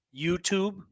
YouTube